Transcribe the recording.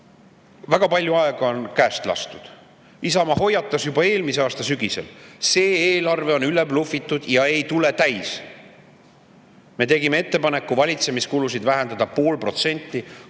väga palju aega on käest lastud. Isamaa hoiatas juba eelmise aasta sügisel, et see eelarve on üleblufitud ja ei tule täis. Me tegime ettepaneku valitsemiskulusid vähendada pool protsenti.